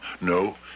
No